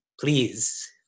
Please